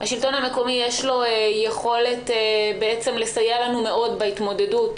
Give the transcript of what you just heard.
לשלטון המקומי יש יכולת לסייע לנו מאוד בהתמודדות